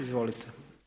Izvolite.